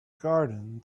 garden